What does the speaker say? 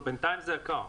בינתיים זה יקר.